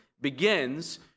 begins